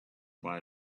buy